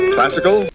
Classical